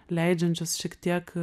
leidžiančios šiek tiek